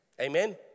Amen